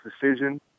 decision